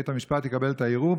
שבית המשפט יקבל את הערעור,